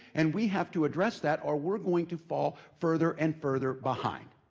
and we have to address that or we're going to fall further and further behind.